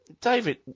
David